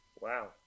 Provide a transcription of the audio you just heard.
Wow